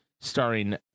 starring